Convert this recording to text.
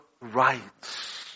rights